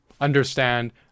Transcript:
understand